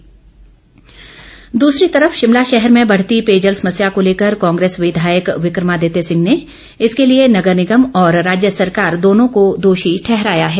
विक्रमादित्य दूसरी तरफ शिमला शहर में बढ़ती पेयजल समस्या को लेकर कांग्रेस विधायक विक्रमादित्य सिंह ने इसके लिए नगर निगम और राज्य सरकार दोनों को दोषी ठहराया है